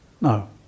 No